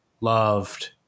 loved